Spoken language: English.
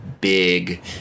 big